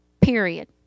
Period